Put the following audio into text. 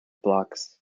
blocks